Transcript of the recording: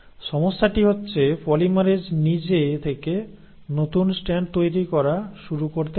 সমস্যাটি হচ্ছে পলিমারেজ নিজে থেকে নতুন স্ট্র্যান্ড তৈরি করা শুরু করতে পারে না